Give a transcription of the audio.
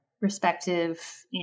respective